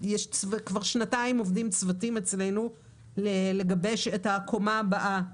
כבר שנתיים עובדים צוותים אצלנו לגבש את הקומה הבאה,